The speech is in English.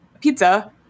pizza